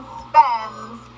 spends